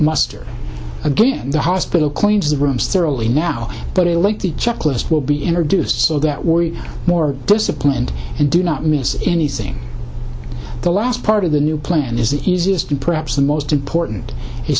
muster again the hospital cleans the rooms thoroughly now but a link to a checklist will be introduced so that we're more disciplined and do not miss anything the last part of the new plan is the easiest and perhaps the most important